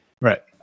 Right